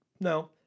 No